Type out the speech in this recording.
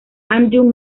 andrew